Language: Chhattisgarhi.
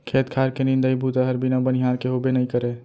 खेत खार के निंदई बूता हर बिना बनिहार के होबे नइ करय